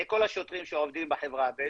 לכל השוטרים שעובדים בחברה הבדואית.